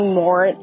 more